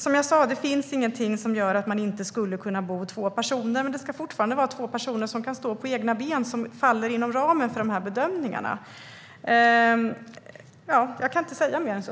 Som jag sa finns det ingenting som gör att man inte skulle kunna bo två personer, men det ska fortfarande vara två personer som kan stå på egna ben. Det ska falla inom ramen för de här bedömningarna. Jag kan inte säga mer än så.